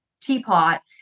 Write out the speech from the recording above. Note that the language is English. teapot